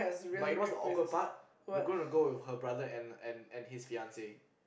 but you know what's the awkward part we are going to go with her brother and and his fiance